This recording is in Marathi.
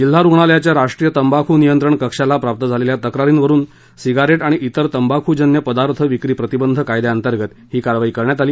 जिल्हा रुग्णालयाच्या राष्ट्रीय तंबाखू नियंत्रण कक्षाला प्राप्त झालेल्या तक्रारीवरून सिगारेट आणि जिर तंबाखूजन्य पदार्थ विक्री प्रतिबंध कायद्याअंतर्गत ही कारवाई करण्यात आली